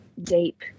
deep